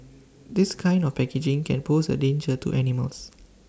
this kind of packaging can pose A danger to animals